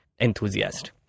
enthusiast